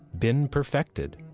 been perfected?